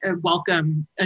welcome